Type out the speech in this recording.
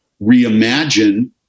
reimagine